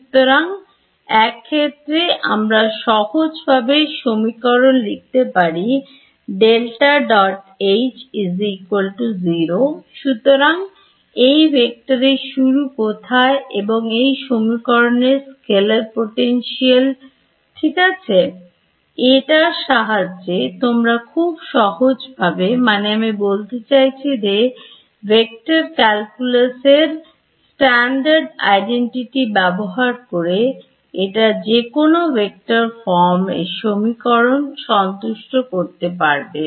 সুতরাং এক্ষেত্রে আমরা সহজভাবে সমীকরণ লিখতে পারি ∇H 0 সুতরাং এই ভেক্টরের শুরু কোথায় এবং এই সমীকরণের স্কেলার পোটেনশিয়াল ঠিক আছে এটার সাহায্যে তোমরা খুব সহজভাবে মানে আমি বলতে চাইছি যে ভেক্টর ক্যালকুলাস এর স্ট্যান্ডার্ড আইডেন্টিটি ব্যবহার করে এটা যেকোনো ভেক্টর ফর্ম এর সমীকরণ সন্তুষ্ট করতে পারবে